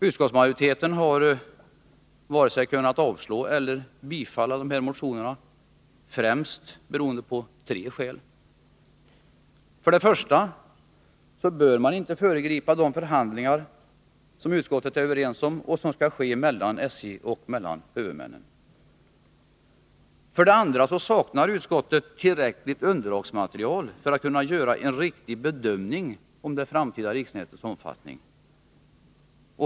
Utskottsmajoriteten har inte kunnat vare sig avstyrka eller tillstyrka dessa motioner, främst av tre skäl. För det första bör man inte föregripa de förhandlingar som utskottets ledamöter är överens om skall ske mellan SJ och huvudmännen. För det andra saknar utskottet tillräckligt underlagsmaterial för att kunna göra en riktig bedömning av det framtida riksnätets omfattning.